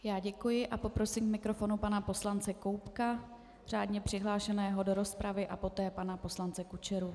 Já děkuji a prosím k mikrofonu pana poslance Koubka, řádně přihlášeného do rozpravy, a poté pana poslance Kučeru.